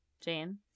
Jane